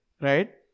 right